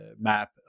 map